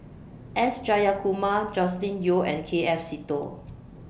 S Jayakumar Joscelin Yeo and K F Seetoh